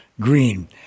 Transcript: green